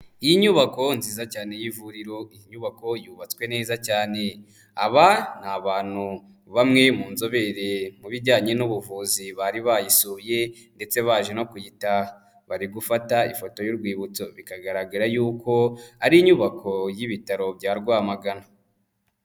Inyubako nziza cyane y'ivuriro, iyi nyubako yubatswe neza cyane. Aba ni abantu bamwe mu nzobere mu bijyanye n'ubuvuzi bari bayisuye ndetse baje no kuyitaha. Bari gufata ifoto y'urwibutso, bikagaragara yuko ari inyubako y'ibitaro bya Rwamagana.